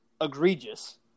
egregious